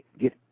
get